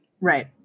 Right